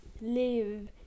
live